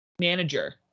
manager